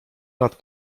lat